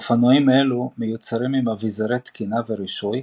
אופנועים אלו מיוצרים עם אביזרי תקינה ורישוי,